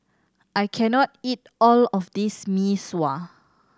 I can not eat all of this Mee Sua